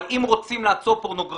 אבל אם רוצים לעצור פורנוגרפיה,